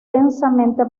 densamente